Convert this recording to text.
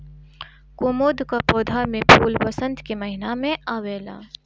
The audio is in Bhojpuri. कुमुद कअ पौधा में फूल वसंत के महिना में आवेला